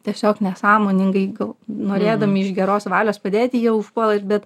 tiesiog nesąmoningai norėdami iš geros valios padėti jie užpuola ir bet